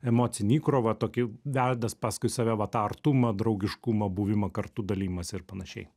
emocinį įkrovą tokį vedas paskui save va tą artumą draugiškumą buvimą kartu dalijimąsi ir panašiai